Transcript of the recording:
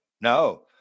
no